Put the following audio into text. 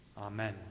Amen